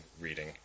reading